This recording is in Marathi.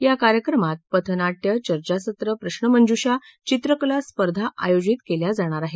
या कार्यक्रमात पथनाट्य चर्चासत्र प्रश्नमंजूषा धित्रकला स्पर्धा आयोजित केल्या जाणार आहेत